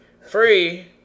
free